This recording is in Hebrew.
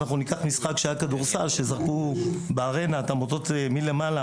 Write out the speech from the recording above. אם אנחנו ניקח משחק כדורסל שזרקו בארנה את המוטות מלמעלה,